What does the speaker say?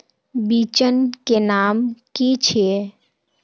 बिचन के नाम की छिये?